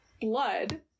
blood